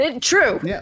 True